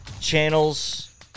Channels